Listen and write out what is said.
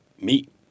meet